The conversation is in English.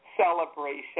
celebration